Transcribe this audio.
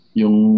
yung